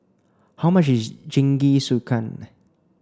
how much is Jingisukan